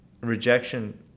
rejection